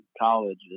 college